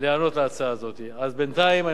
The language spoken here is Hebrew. אז בינתיים אני מבקש מחברי להסיר אותה.